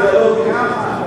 רגע,